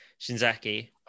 Shinzaki